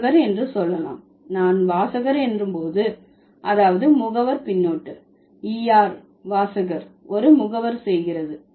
வாசகர் என்று சொல்லலாம் நான் வாசகர் என்று போது அதாவது முகவர் பின்னொட்டு er வாசகர் ஒரு முகவர் செய்கிறது